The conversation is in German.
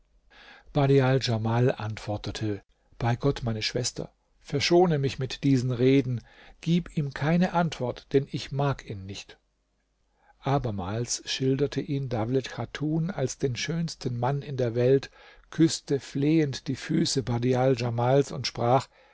badial djamal antwortete bei gott meine schwester verschone mich mit diesen reden gib ihm keine antwort denn ich mag ihn nicht abermals schilderte ihn dawlet chatun als den schönsten mann in der welt küßte flehend die füße badial djamals und sprach